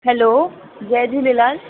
hello जय झूलेलाल